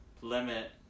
limit